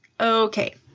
Okay